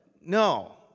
No